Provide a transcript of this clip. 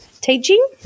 teaching